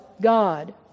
God